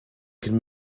can